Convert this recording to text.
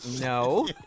no